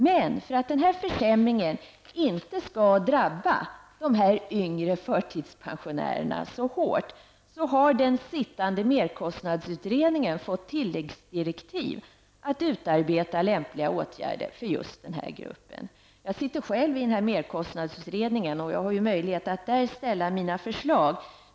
Men för att denna försämring inte skall drabba de yngre förtidspensionärerna så hårt har den sittande merkostnadsutredningen fått tilläggsdirektiv att utarbeta lämpliga åtgärder för just denna grupp. Jag sitter själv med i denna merkostnadsutredning, och jag har ju möjlighet att där väcka mina förslag.